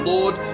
Lord